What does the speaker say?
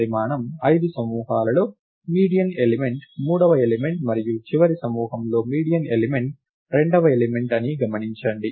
పరిమాణం 5 సమూహాలలో median element మూడవ ఎలిమెంట్ మరియు చివరి సమూహంలో మీడియన్ ఎలిమెంట్ రెండవ ఎలిమెంట్ అని గమనించండి